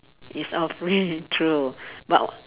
is awfully true but